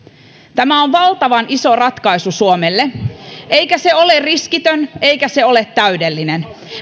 tämä on valtavan iso ratkaisu suomelle eikä se ole riskitön eikä se ole täydellinen